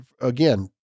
again